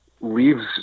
leaves